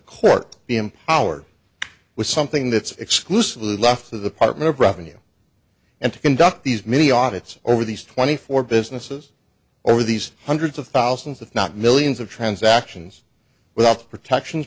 court be in our with something that's exclusively left of the partner of revenue and to conduct these mini audits over these twenty four businesses or these hundreds of thousands if not millions of transactions without protections